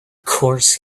course